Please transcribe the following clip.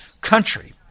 country